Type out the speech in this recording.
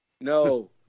no